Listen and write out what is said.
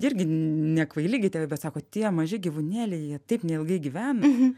irgi nekvaili gi tie bet sako tie maži gyvūnėliai jie taip neilgai gyvena